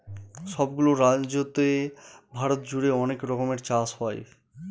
সব গুলো রাজ্যতে ভারত জুড়ে অনেক রকমের চাষ হয়